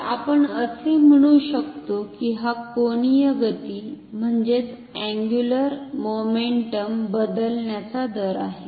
तर आपण असे म्हणू शकतो की हा कोनीय गती बदलण्याचा दर आहे